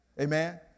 Amen